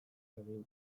egiten